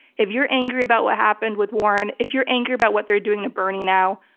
if you're angry about what happened with warren, if you're angry about what they're doing to bernie now,